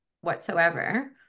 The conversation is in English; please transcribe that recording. whatsoever